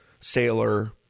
sailor